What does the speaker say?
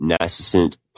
nascent